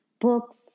books